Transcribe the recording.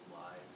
lives